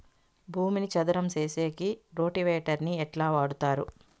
భూమిని చదరం సేసేకి రోటివేటర్ ని ఎట్లా వాడుతారు?